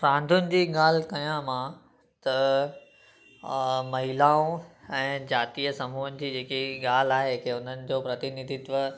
रांदुनि जी ॻाल्हि कया मां त महिलाऊं ऐं जातीय समूहनि जी जेकी ॻाल्हि आहे की उन्हनि जो प्नतिनिधित्व